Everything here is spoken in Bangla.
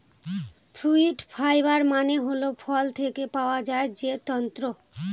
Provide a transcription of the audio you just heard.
ফ্রুইট ফাইবার মানে হল ফল থেকে পাওয়া যায় যে তন্তু